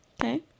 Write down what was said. Okay